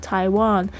Taiwan